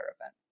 event